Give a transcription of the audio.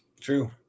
true